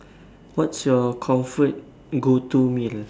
what's your comfort go to meal